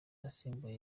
asimbura